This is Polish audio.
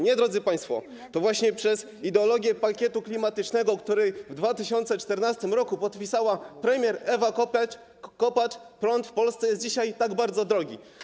Nie, drodzy państwo, to właśnie przez ideologię pakietu klimatycznego, który w 2014 r. podpisała premier Ewa Kopacz, prąd w Polsce jest dzisiaj tak bardzo drogi.